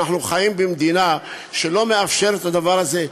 אנחנו חיים במדינה שלא מאפשרת את הדבר הזה.